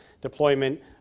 deployment